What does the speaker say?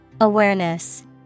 Awareness